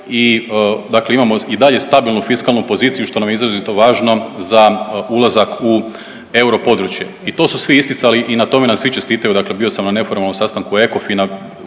i imamo i dalje stabilnu fiskalnu poziciju što nam je izrazito važno za ulazak u europodručje. I to su svi isticali i na tome nam svi čestitaju. Dakle, bio sam na neformalnom sastanku ECOFIN-a